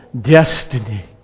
destiny